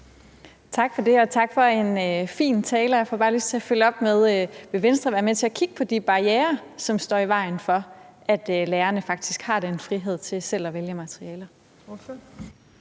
Tak for det, og tak for en fin tale, og jeg får bare lyst til at følge op med: Vil Venstre være med til at kigge på de barrierer, som står i vejen for, at lærerne faktisk har den frihed til selv at vælge materialer?